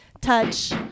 touch